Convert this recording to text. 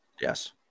Yes